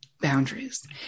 boundaries